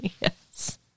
Yes